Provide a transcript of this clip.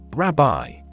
Rabbi